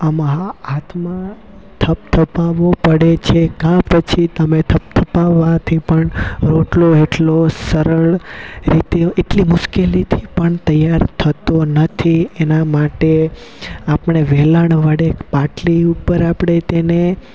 આમ હાથમાં થપ થપાવો પડે છે કાં પછી તમે થપ થપાવાથી પણ રોટલો એટલો સરળ રીતે એટલી મુશ્કેલીથી પણ તૈયાર થતો નથી એના માટે આપણે વેલણ વડે પાટલી ઉપર આપણે તેને